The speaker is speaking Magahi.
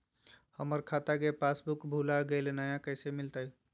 हमर खाता के पासबुक भुला गेलई, नया कैसे मिलतई?